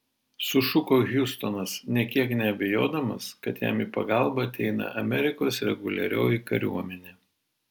sušuko hiustonas nė kiek neabejodamas kad jam į pagalbą ateina amerikos reguliarioji kariuomenė